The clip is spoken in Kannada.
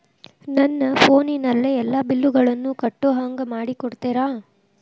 ನನ್ನ ಫೋನಿನಲ್ಲೇ ಎಲ್ಲಾ ಬಿಲ್ಲುಗಳನ್ನೂ ಕಟ್ಟೋ ಹಂಗ ಮಾಡಿಕೊಡ್ತೇರಾ?